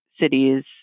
cities